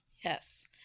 Yes